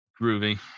groovy